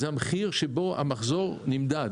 כלומר, זה המחיר שבו המחזור נמדד.